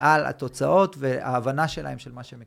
על התוצאות ו-ההבנה שלהם של מה שמ...